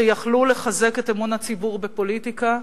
שיכלו לחזק את אמון הציבור בפוליטיקה,